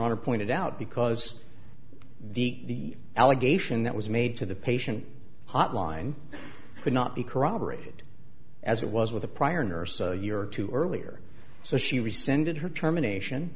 honor pointed out because the allegation that was made to the patient hotline could not be corroborated as it was with the prior nurse a year or two earlier so she rescinded her termination